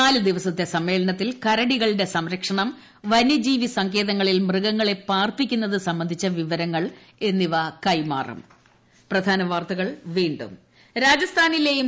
നാല് ദിവസത്തെ സമ്മേളനത്തിൽ കരടികളുടെ സംരക്ഷണം വന്യജീവി സങ്കേതങ്ങളിൽ മൃഗങ്ങളെ പാർപ്പിക്കുന്നത് സംബന്ധിച്ച വിവരങ്ങൾ എന്നിവ കൈമാറും